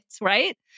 right